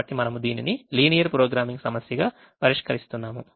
కాబట్టి మనము దీనిని లీనియర్ ప్రోగ్రామింగ్ సమస్యగా పరిష్కరిస్తున్నాము